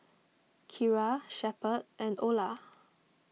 Keira Shepherd and Ola